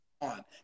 on